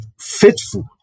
faithful